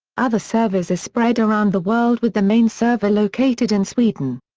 other servers are spread around the world with the main server located in sweden.